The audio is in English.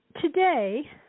Today